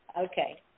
Okay